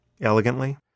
elegantly